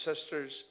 sisters